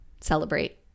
celebrate